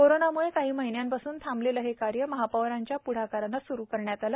कोरोनाम्ळे काही महिन्यापासून थांबलेले हे कार्य महापौरांच्या प्ढाकाराने सुरु करण्यात आले